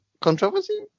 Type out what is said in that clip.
Controversy